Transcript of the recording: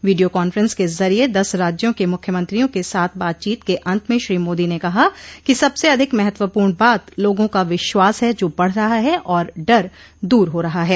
video conference के जरिये दस राज्यों के मुख्यमंत्रियों के साथ बातचीत के अन्त में श्री मोदी ने कहा कि सबसे अधिक महत्व्पूर्ण बात लोगों का विश्वास है जो बढ़ रहा है और डर दूर हो रहा है